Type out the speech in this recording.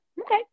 okay